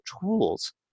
tools